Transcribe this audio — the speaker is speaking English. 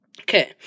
Okay